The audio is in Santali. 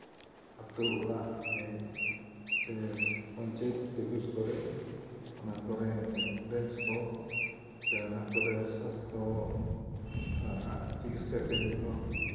ᱟᱛᱳ ᱚᱲᱟᱜ ᱨᱮ ᱥᱮ ᱯᱚᱧᱪᱟᱭᱮᱛ ᱞᱮᱵᱮᱞ ᱠᱚᱨᱮ ᱚᱱᱟ ᱠᱚᱨᱮ ᱮᱢᱵᱩᱞᱮᱱᱥ ᱠᱚ ᱥᱮ ᱚᱱᱟ ᱠᱚᱨᱮ ᱥᱟᱥᱛᱷᱚ ᱪᱤᱠᱤᱛᱥᱟ ᱠᱮᱫᱨᱚ